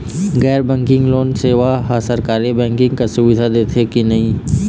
गैर banking loan सेवा हा सरकारी बैंकिंग कस सुविधा दे देथे कि नई नहीं?